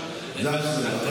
זאת הבשורה.